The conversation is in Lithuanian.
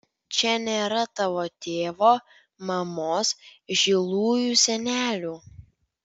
čia nėra tavo tėvo mamos žilųjų senelių